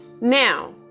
now